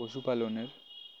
পশুপালনের